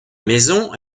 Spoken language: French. maison